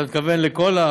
אתה מתכוון לכל,